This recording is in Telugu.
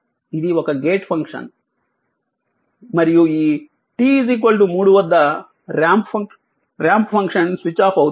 ఇది ఒక గేట్ ఫంక్షన్ మరియు ఈ t 3 వద్ద ర్యాంప్ ఫంక్షన్ స్విచ్ ఆఫ్ అవుతుంది